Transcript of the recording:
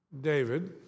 David